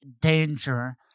danger